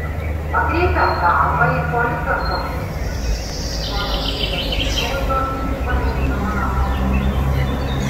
pakreipęs galvą ipolitas zagurskis valandėlę dėbsojo į valerijoną ažukalnį